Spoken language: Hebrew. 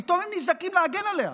פתאום הם נזעקים להגן עליה.